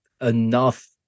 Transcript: enough